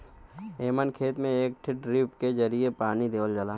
एमन खेत में एक ठे ड्रिप के जरिये पानी देवल जाला